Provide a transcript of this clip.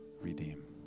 Redeem